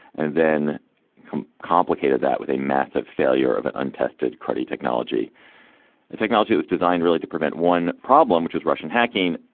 and then complicated that with a massive failure of an untested, cruddy technology and technology, it was designed really to prevent one problem, which with russian hacking,